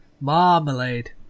Marmalade